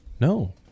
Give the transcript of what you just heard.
no